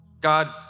God